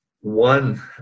One